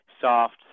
soft